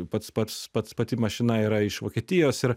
pats pats pats pati mašina yra iš vokietijos ir